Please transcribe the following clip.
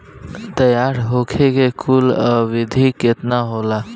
तैयार होखे के कुल अवधि केतना होखे?